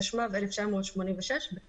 התשמ"ו-1986 בטלות.